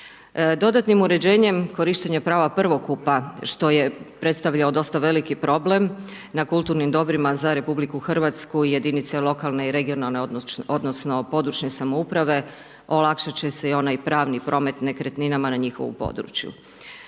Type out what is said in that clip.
Dodatnim uređenjem korištenje prava prvokupa, što je predstavljao dosta veliki problem na kulturnim dobrima za RH, jedinice lokalne i regionalne, odnosno područne samouprave olakšat će si onaj pravni promet nekretninama na njihovom području.